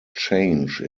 change